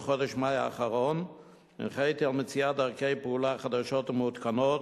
בחודש מאי האחרון נתתי הנחיה למצוא דרכי פעולה חדשות ומעודכנות